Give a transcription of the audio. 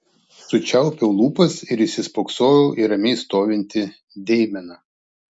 sučiaupiau lūpas ir įsispoksojau į ramiai stovintį deimeną